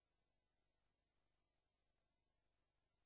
(הישיבה נפסקה בשעה